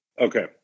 Okay